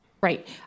Right